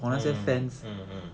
mm mm mm